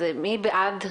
מי בעד?